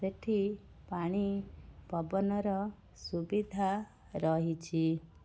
ସେଇଠି ପାଣିପବନର ସୁବିଧା ରହିଛି